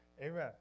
amen